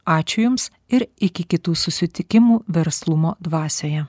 ačiū jums ir iki kitų susitikimų verslumo dvasioje